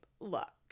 look